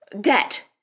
debt